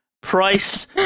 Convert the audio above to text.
Price